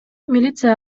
милиция